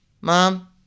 Mom